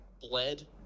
bled